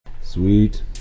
Sweet